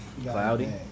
Cloudy